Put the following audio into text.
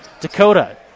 Dakota